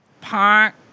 Park